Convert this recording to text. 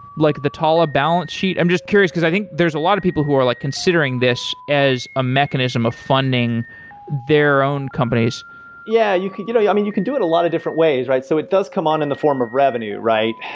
like the talla balance sheet? i'm just curious, because i think there's a lot of people who are like considering this as a mechanism of funding their own companies yeah you know yeah. i mean, you can do it a lot of different ways, right? so it does come on in the form of revenue, right?